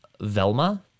Velma